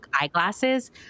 eyeglasses